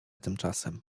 tymczasem